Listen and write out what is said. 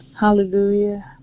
Hallelujah